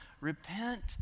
repent